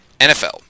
NFL